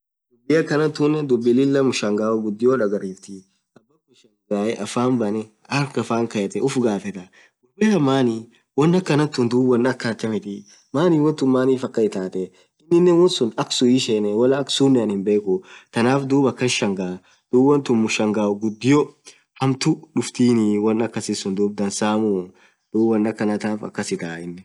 dhubi akhan tunen dhub Lilah mshangao ghudio dhagariftii abakhun shangae harkh affan kayethe ufgafetha dhubithan maani won akhantu dhub akha athamithii maani wontun manif akhan itathii inen wonsun aksun hishene Wala aksunen hinbekhu thanaf dhub akhan shangaaa dhub wontun mshangao ghudio hamtuu dhuftini won akhasisun dhansaamuu dhub won akhanataf akhasiitha